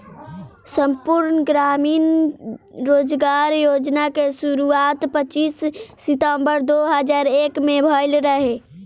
संपूर्ण ग्रामीण रोजगार योजना के शुरुआत पच्चीस सितंबर दो हज़ार एक में भइल रहे